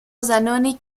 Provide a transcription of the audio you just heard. زنانی